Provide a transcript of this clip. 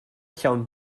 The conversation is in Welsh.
llawn